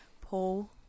Paul